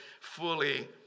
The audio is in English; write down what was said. fully